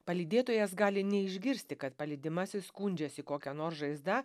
palydėtojas gali neišgirsti kad palydimasis skundžiasi kokia nors žaizda